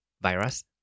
virus